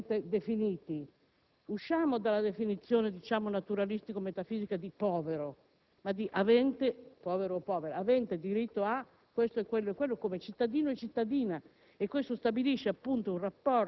studio. Gli sviluppi della medicina moderna consentono di guarire molte cose? Si rende necessario il diritto alla salute, al lavoro, alla casa eccetera. Sono tutti bisogni, non valori astrattamente definiti.